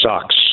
sucks